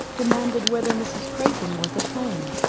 demanded whether mrs. crayton was at home.